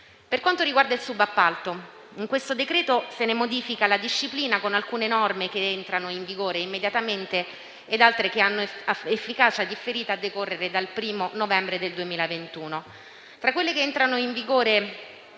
Per quanto riguarda il subappalto, in questo decreto-legge se ne modifica la disciplina con alcune norme che entrano in vigore immediatamente ed altre che hanno efficacia differita, a decorrere dal 1° novembre 2021.